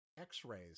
x-rays